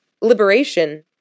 liberation